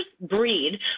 breed